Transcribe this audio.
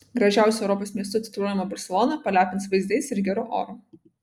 gražiausiu europos miestu tituluojama barselona palepins vaizdais ir geru oru